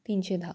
तीनशे दहा